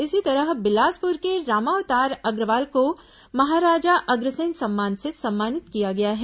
इसी तरह बिलासपुर के रामाअवतार अग्रवाल को महाराजा अग्रसेन सम्मान से सम्मानित किया गया है